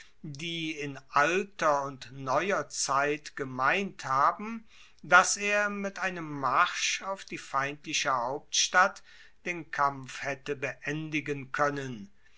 die in alter und neuer zeit gemeint haben dass er mit einem marsch auf die feindliche hauptstadt den kampf haette beendigen koennen